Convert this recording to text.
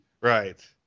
right